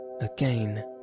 again